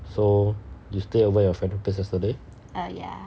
so you stay over at your friend's yesterday ah ya